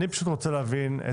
אני פשוט רוצה להבין.